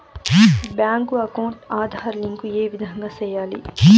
Bank account Aadhaar link ఏ విధంగా సెయ్యాలి?